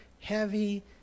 heavy